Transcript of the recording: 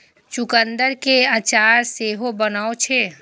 चुकंदर केर अचार सेहो बनै छै